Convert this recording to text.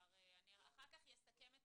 אני אחר כך יסכם את